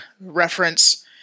reference